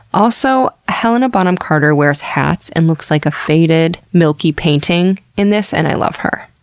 also, helena bonham carter wears hats and looks like a faded, milky painting in this and i love her.